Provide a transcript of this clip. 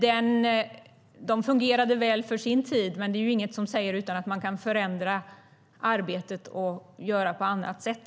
Den fungerade väl för sin tid, men det finns inget som säger att man inte kan förändra arbetet och göra på ett annat sätt.